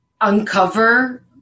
uncover